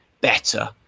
better